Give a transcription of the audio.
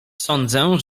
sądzę